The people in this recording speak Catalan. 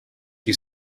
qui